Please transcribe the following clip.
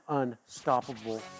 unstoppable